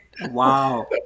Wow